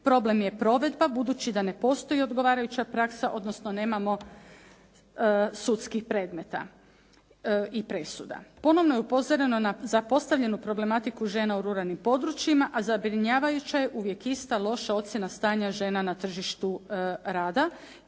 problem je provedba budući da ne postoji odgovarajuća praksa, odnosno nemamo sudskih predmeta i presuda. Ponovno je upozoreno za postavljenu problematiku žena u ruralnim područjima a zabrinjavajuća je uvijek ista loša ocjena stanja žena na tržištu rada.